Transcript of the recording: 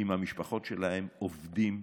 עם המשפחות שלהם, עובדים,